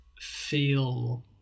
feel